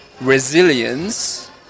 resilience